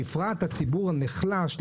בפרט הציבור הנחלש,